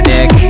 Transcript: Nick